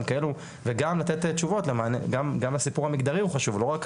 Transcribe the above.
כאלו וגם הסיפור המגדרי הוא חשוב לא רק,